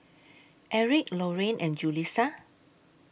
Eric Lorraine and Julissa